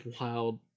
wild